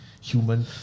human